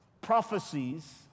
prophecies